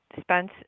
Spence